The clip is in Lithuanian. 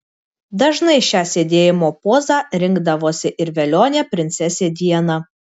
dažnai šią sėdėjimo pozą rinkdavosi ir velionė princesė diana